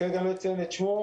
וכרגע לא אציין את שמו,